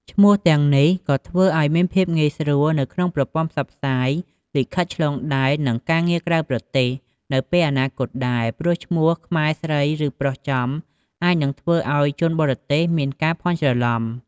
ឈ្មោះទាំងនេះក៏ធ្វើឱ្យមានភាពងាយស្រួលនៅក្នុងប្រព័ន្ធផ្សព្វផ្សាយ លិខិតឆ្លងដែន និង ការងារក្រៅប្រទេស នៅពេលអនាគតដែរ ព្រោះឈ្មោះខ្មែរស្រី ឬ ប្រុសចំ អាចនឹងធ្វើឱ្យជនបរទេសមានការភាន់ច្រឡំ។